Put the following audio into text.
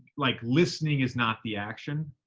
like, listening is not the action,